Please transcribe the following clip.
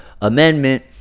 amendment